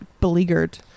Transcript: beleaguered